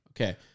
Okay